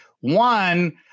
One